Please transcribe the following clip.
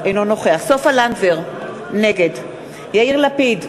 אינו נוכח סופה לנדבר, נגד יאיר לפיד,